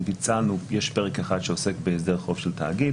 יש פרק אחד שעוסק בהסדר חוב של תאגיד